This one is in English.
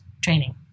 training